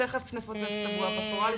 אנחנו תיכף נפוצץ את הבועה הפסטורלית.